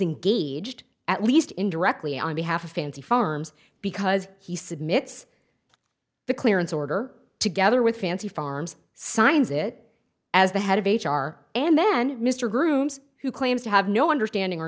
engaged at least indirectly on behalf of fancy firms because he said mitts the clearance order together with fancy farms signs it as the head of h r and then mr grooms who claims to have no understanding or